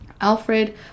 Alfred